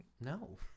No